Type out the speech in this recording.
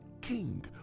king